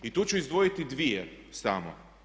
I tu ću izdvojiti dvije samo.